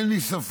אין לי ספק